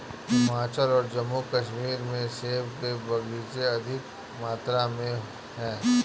हिमाचल और जम्मू कश्मीर में सेब के बगीचे अधिक मात्रा में है